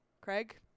craig